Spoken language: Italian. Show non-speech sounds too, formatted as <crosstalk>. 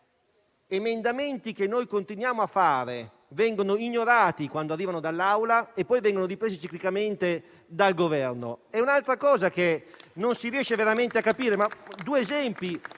emendamenti che continuiamo a presentare vengono ignorati quando arrivano dall'Assemblea e poi vengono ripresi ciclicamente dal Governo? È un'altra cosa che non si riesce veramente a capire. <applause>